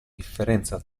differenza